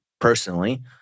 personally